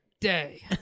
Day